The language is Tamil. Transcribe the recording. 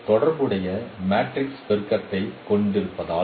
நீங்கள் தொடர்புடைய மேட்ரிக்ஸ் பெருக்கத்தைக் கொண்டிருப்பதால்